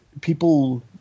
people